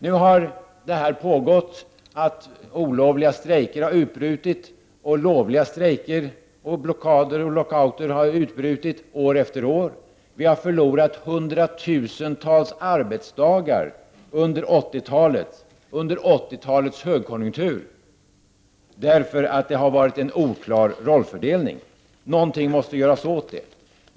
Nu har det pågått olovliga strejker, och lovliga strejker, blockader och lockouter har utbrutit år efter år. Vi har förlorat hundratusentals arbetsdagar under 80-talets högkonjunktur, därför att det har varit en oklar rollfördelning. Något måste göras åt det.